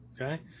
Okay